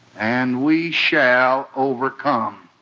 and we shall overcome